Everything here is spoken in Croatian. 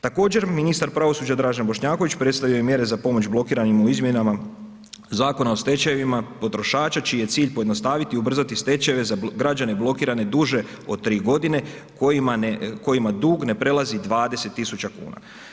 Također, ministar pravosuđa Dražen Bošnjaković predstavio je mjere za pomoć blokiranima u izmjenama Zakona o stečajevima potrošača čiji je cilj pojednostaviti i ubrzati stečajeve za građane blokirane duže od 3 godine, kojima dug ne prelazi 20 tisuća kuna.